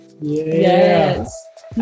yes